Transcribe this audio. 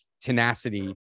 tenacity